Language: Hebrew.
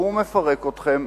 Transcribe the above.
הוא מפרק אתכם.